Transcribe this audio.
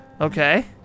okay